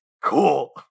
cool